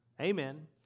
Amen